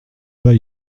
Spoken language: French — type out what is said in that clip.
pas